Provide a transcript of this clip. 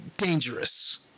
dangerous